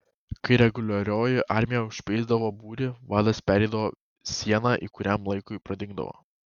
kai reguliarioji armija užspeisdavo būrį vadas pereidavo sieną ir kuriam laikui pradingdavo